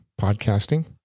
podcasting